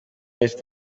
west